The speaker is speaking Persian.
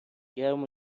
گرم